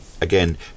Again